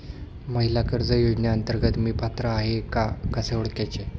महिला कर्ज योजनेअंतर्गत मी पात्र आहे का कसे ओळखायचे?